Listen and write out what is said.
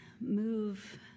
move